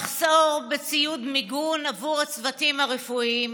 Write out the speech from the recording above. יש מחסור בציוד מיגון עבור הצוותים הרפואיים,